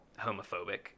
homophobic